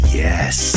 yes